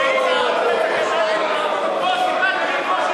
שטייניץ מדבר על היקום כבר